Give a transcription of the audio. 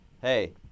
Hey